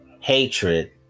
hatred